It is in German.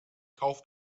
kauf